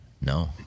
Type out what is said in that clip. No